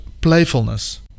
playfulness